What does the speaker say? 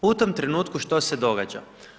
U tom trenutku što se događa?